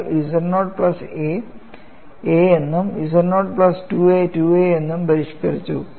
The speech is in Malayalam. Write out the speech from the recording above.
നിങ്ങൾ z naught plus a a എന്നും z naught plus 2 a 2 a എന്നിങ്ങനെ പരിഷ്ക്കരിച്ചു